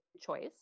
choice